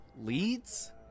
Leads